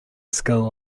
skill